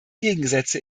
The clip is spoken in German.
gegensätze